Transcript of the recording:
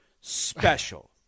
special